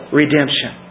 redemption